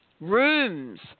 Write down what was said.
rooms